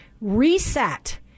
reset